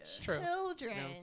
Children